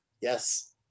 yes